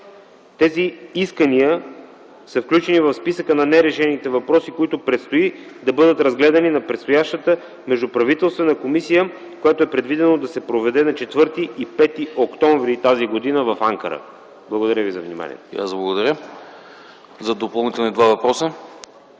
Тези искания са включени в списъка на нерешените въпроси, които предстои да бъдат разгледани на предстоящата Междуправителствена комисия, която е предвидено да се проведе на 4 и 5 октомври т.г. в Анкара. Благодаря.